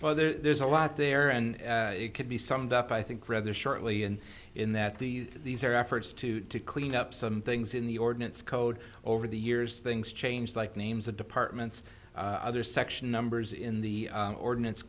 well there's a lot there and it could be summed up i think rather shortly and in that the these are efforts to clean up some things in the ordinance code over the years things changed like names of departments other section numbers in the ordinance